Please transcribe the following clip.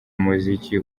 umuziki